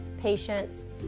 patients